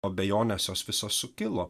abejonės jos visos sukilo